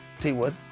T-Wood